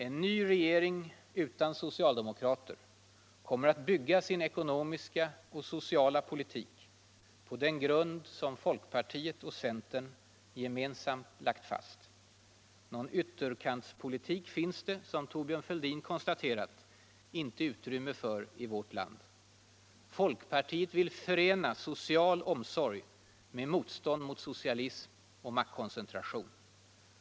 En ny regering utan socialdemokrater kommer att bygga sin ekonomiska och sociala politik på den grund som folkpartiet och centern gemensamt lagt fast. Någon ytterkantspolitik finns det, som Thorbjörn Fälldin konstaterat, inte utrymme för i svensk politik. Folkpartiet vill förena social omsorg med motstånd mot socialism och maktkoncentration.